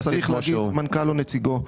אז צריך להגיד מנכ"ל או נציגו.